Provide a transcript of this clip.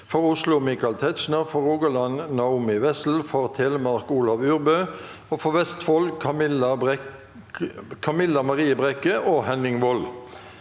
For Oslo: Michael Tetzschner For Rogaland: Naomi Wessel For Telemark: Olav Urbø For Vestfold: Camilla Maria Brekke og Henning Wold